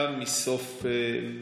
מסוף,